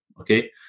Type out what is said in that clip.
okay